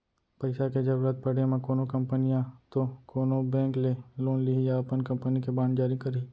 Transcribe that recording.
पइसा के जरुरत पड़े म कोनो कंपनी या तो कोनो बेंक ले लोन लिही या अपन कंपनी के बांड जारी करही